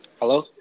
Hello